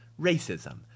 Racism